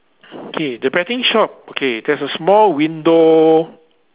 K the betting shop okay there's a small window